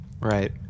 Right